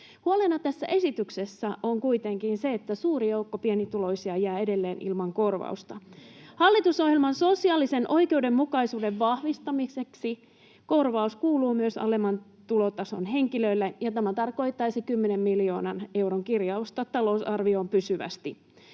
Huolena tässä esityksessä on kuitenkin se, että suuri joukko pienituloisia jää edelleen ilman korvausta. [Aki Lindén: Nimenomaan!] Hallitusohjelman sosiaalisen oikeudenmukaisuuden vahvistamiseksi korvaus kuuluu myös alemman tulotason henkilöille, ja tämä tarkoittaisi kymmenen miljoonan euron kirjausta talousarvioon pysyvästi.